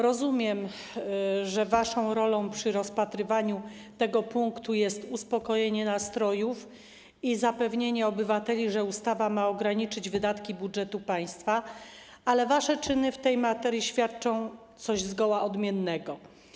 Rozumiem, że waszą rolą przy rozpatrywaniu tego punktu jest uspokojenie nastrojów i zapewnienie obywateli, że ustawa ma ograniczyć wydatki budżetu państwa, ale wasze czyny w tej materii świadczą o czymś zgoła odmiennym.